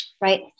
right